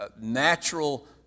natural